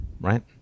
Right